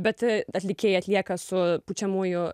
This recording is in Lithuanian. bet atlikėjai atlieka su pučiamųjų